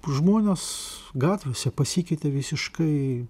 žmones gatvėse pasikeitė visiškai